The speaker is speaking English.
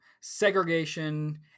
segregation